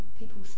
people